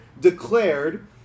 declared